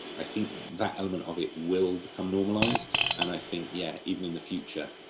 i think that element of it will become normalised, and i think yeah, even in the future,